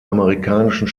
amerikanischen